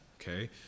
okay